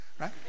right